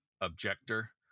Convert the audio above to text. objector